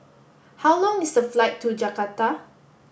how long is the flight to Jakarta